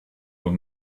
will